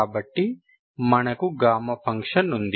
కాబట్టి మనకు gamma function ఉంది